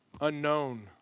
unknown